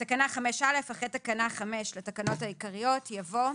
הוספת תקנה 5א אחרי תקנה 5 לתקנות העיקריות יבוא: